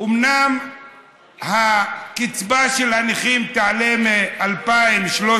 אומנם הקצבה של הנכים תעלה מ-2,342